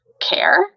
care